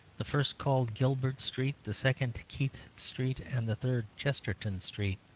the first called gilbert street, the second keith street, and the third chesterton street,